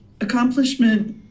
accomplishment